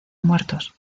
muertos